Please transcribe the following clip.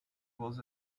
was